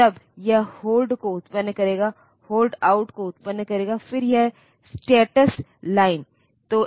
बेशक यदि आप इसे कंप्यूटर के साथ कर रहे हैं तो यह स्वचालित रूप से होगा